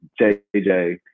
JJ